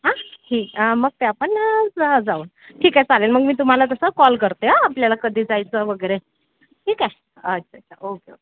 हां ठीक मग ते आपण ज जाऊ ठीक आहे चालेल मग मी तुम्हाला तसं कॉल करते हं आपल्याला कधी जायचं वगैरे ठीक आहे अच्छा अच्छा ओके ओके बाय